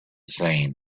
seen